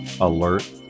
alert